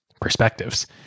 perspectives